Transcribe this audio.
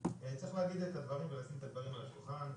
צריך להבין את הדברים ולשים את הדברים על השולחן,